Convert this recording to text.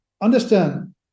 understand